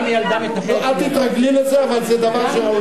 אל תתרגלי לזה, אבל זה דבר שראוי